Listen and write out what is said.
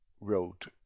wrote